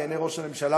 בעיני ראש הממשלה,